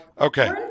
okay